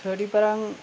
ᱟᱹᱰᱤᱢᱟᱨᱟᱝ